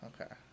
Okay